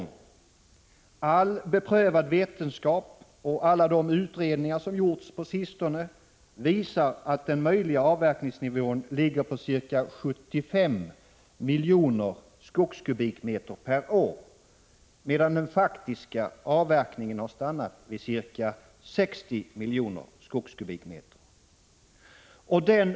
När det gäller den möjliga avverkningsnivån visar all beprövad vetenskap och alla utredningar som gjorts på sistone att avverkningen ligger på ca 75 miljoner skogskubikmeter per år, medan den faktiska avverkningen har stannat vid ca 60 miljoner skogskubikmeter per år.